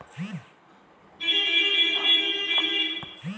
పెట్టుబడులలో లాభాలను పెంచడం ఎట్లా?